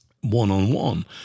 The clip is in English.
one-on-one